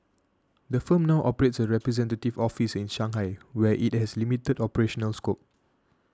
the firm now operates a representative office in Shanghai where it has limited operational scope